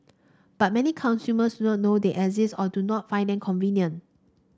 but many consumers do not know they exist or do not find them convenient